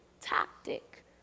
tactic